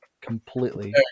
completely